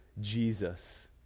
Jesus